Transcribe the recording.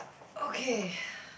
okay